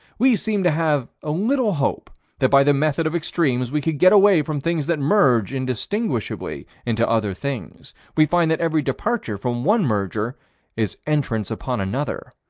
we seemed to have a little hope that by the method of extremes we could get away from things that merge indistinguishably into other things. we find that every departure from one merger is entrance upon another.